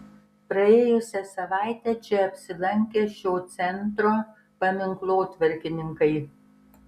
praėjusią savaitę čia apsilankė šio centro paminklotvarkininkai